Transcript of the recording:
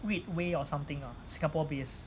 great way or something ah singapore based